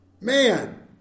Man